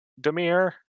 Demir